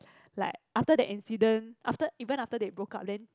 like after that incident after even after they broke up then